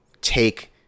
take